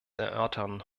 erörtern